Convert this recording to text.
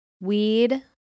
Weed